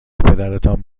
پدرتان